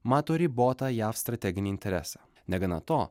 mato ribotą jav strateginį interesą negana to